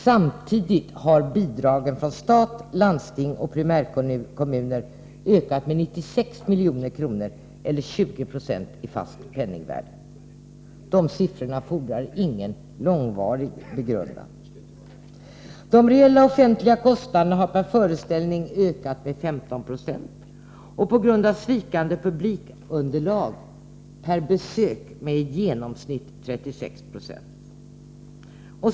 Samtidigt har bidragen från stat, landsting och primärkommuner ökat med 96 milj.kr. eller 20 90 i fast penningvärde. Dessa siffror fordrar ingen långvarig begrundan. De reella offentliga kostnaderna har per föreställning ökat med 15 90 och på grund av svikande publikunderlag per besök med i genomsnitt 36 90.